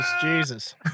Jesus